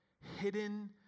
Hidden